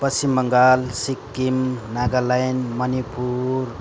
Paschim Bengal Sikkim Nagaland Manipur